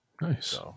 Nice